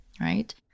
right